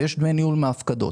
ויש דמי ניהול מההפקדות.